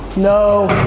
no!